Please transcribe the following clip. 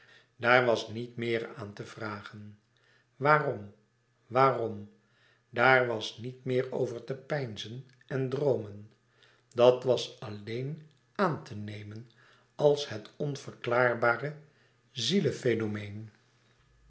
daar was niet meer aan te vragen waarom waarom daar was niet meer over te peinzen en droomen dat was alleen àan te nemen als het onverklaarbare